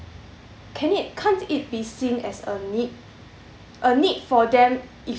can it can't it be seen as a need a need for them if